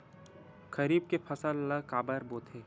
खरीफ के फसल ला काबर बोथे?